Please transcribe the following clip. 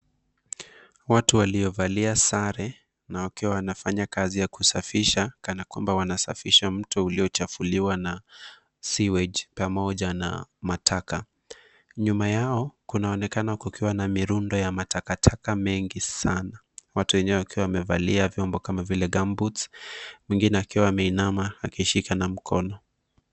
Watu waliovalia sare na wakiwa wanafanya kazi ya kusafisha kana kwamba wanasafisha mto uliochafuliwa na sewage pamoja na taka. Nyuma yao kunaonekana kukiwa na mirundo ya takataka nyingi sana. Watu wenyewe wakiwa wamevalia vyombo kama vile gumboots mwingine akiwa ameinama akishika na mkono.